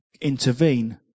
intervene